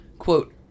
Quote